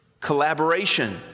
Collaboration